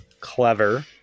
clever-